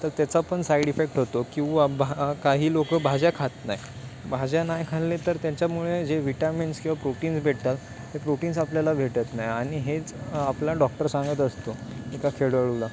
तर त्याचा पण साईड इफेक्ट होतो किंवा भा काही लोकं भाज्या खात नाही भाज्या नाही खाल्ले तर त्याच्यामुळे जे विटामिन्स किंवा प्रोटीन्स भेटतात ते प्रोटीन्स आपल्याला भेटत नाही आणि हेच आपला डॉक्टर सांगत असतो एका खेळाडूला